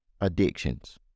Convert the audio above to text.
addictions